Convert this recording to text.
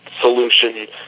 solution